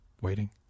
waiting